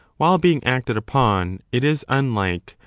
while being acted upon it is unlike,